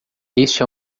este